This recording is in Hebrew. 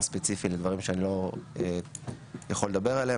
ספציפי לדברים שאני לא יכול לדבר עליהם,